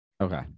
Okay